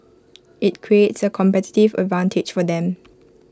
IT creates A competitive advantage for them